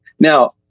Now